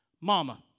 Mama